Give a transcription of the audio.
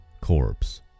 corpse